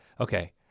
okay